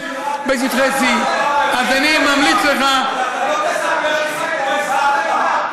בשטחי C. אתה לא תספר לי סיפורי סבתא.